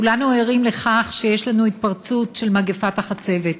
כולנו ערים לכך שיש לנו התפרצות של מגפת החצבת.